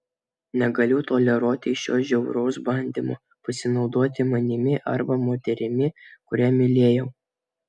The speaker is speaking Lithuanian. negaliu toleruoti šio žiauraus bandymo pasinaudoti manimi arba moterimi kurią mylėjau